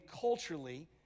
culturally